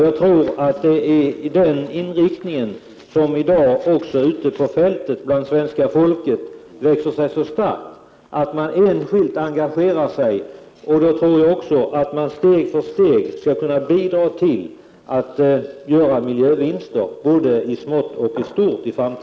Jag tror att intresset för en bättre miljö växer sig så stark ute på fältet, bland svenska folket, att man enskilt engagerar sig. Och då tror jag också att man steg för steg skall kunna bidra till att göra miljövinster i framtiden, både i smått och i stort.